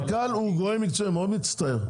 מנכ"ל הוא גורם מקצועי אני מאוד מצטער,